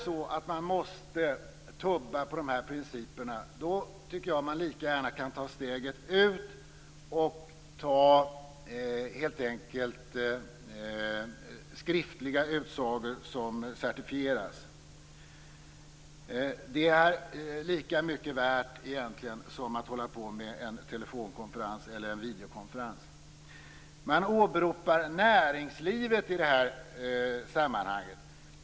Måste man tumma på de här principerna tycker jag att man lika gärna kan ta steget fullt ut och helt enkelt använda skriftliga utsagor som certifieras. Det är egentligen lika mycket värt som att hålla på med en telefonkonferens eller en videokonferens. Man åberopar näringslivet i det här sammanhanget.